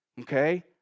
okay